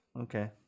Okay